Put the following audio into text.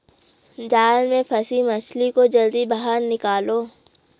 जाल में फसी मछली को जल्दी बाहर निकालो